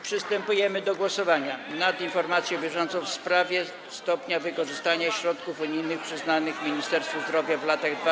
Przystępujemy do głosowania nad informacją bieżącą w sprawie stopnia wykorzystania środków unijnych przyznanych Ministerstwu Zdrowia na lata 2014–2020.